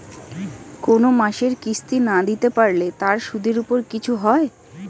কোন মাসের কিস্তি না দিতে পারলে তার সুদের উপর কিছু হয়?